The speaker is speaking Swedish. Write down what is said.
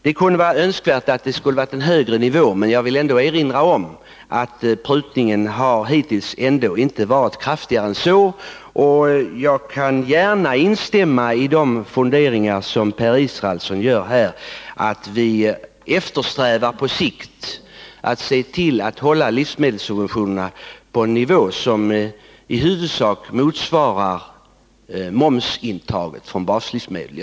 Det kunde ha varit önskvärt med en högre nivå, men jag vill ändå erinra om att prutningen hittills inte har varit kraftigare än så. Jag kan gärna instämma i de funderingar Per Israelsson har, nämligen att vi på sikt skall eftersträva att hålla livsmedelssubventionerna på en nivå som i huvudsak motsvarar momsintaget från baslivsmedel.